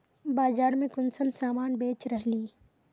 बाजार में कुंसम सामान बेच रहली?